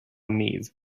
needs